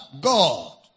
God